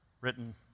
written